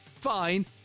fine